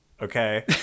okay